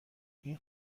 این